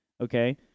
Okay